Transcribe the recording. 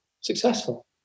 successful